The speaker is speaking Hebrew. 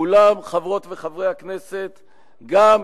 חבר הכנסת זחאלקה,